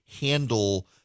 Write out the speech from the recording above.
handle